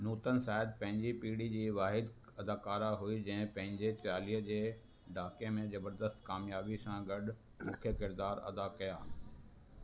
नूतन शायदि पंहिंजी पीढ़ी जी वाहिदु अदाकारा हुई जंहिं पंहिंजे चालीह जे ॾहाके में जबरदस्त कामयाबी सां गॾु मुख्य किरदार अदा कया